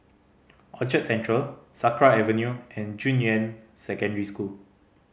Orchard Central Sakra Avenue and Junyuan Secondary School